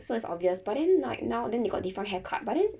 so it's obvious but then like now then they got different haircut but then